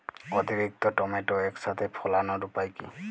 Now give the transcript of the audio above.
অতিরিক্ত টমেটো একসাথে ফলানোর উপায় কী?